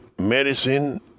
medicine